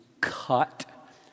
cut